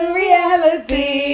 reality